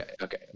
Okay